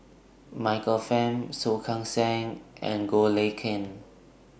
Michael Fam Soh Kay Siang and Goh Lay Kuan